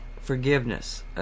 forgiveness